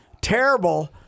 Terrible